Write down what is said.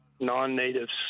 non-natives